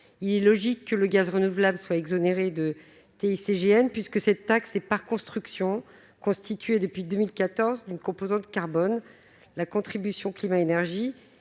Il est logique que le gaz renouvelable soit exonéré de TICGN, puisque, depuis 2014, cette taxe est par construction constituée d'une composante carbone, la contribution climat-énergie,